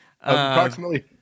Approximately